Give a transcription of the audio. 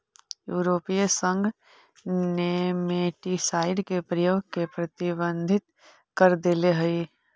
यूरोपीय संघ नेमेटीसाइड के प्रयोग के प्रतिबंधित कर देले हई